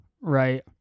right